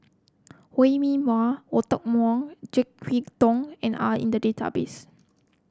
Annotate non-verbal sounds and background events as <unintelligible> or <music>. Wee Mee Wah <unintelligible> JeK Yeun Thong and are in the database